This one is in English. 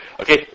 okay